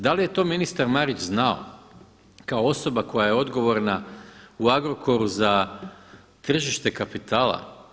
Da li je to ministar Marić znao kao osoba koja je odgovorna u Agrokoru za tržište kapitala?